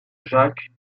jacques